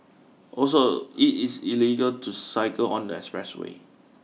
also it is illegal to cycle on the express way